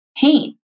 pain